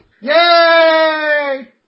Yay